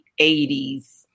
80s